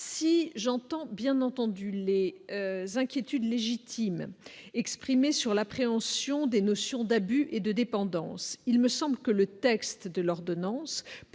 si j'entends bien entendu les inquiétudes légitimes exprimées sur l'appréhension des notions d'abus et de dépendance, il me semble que le texte de l'ordonnance